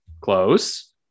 Close